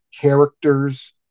characters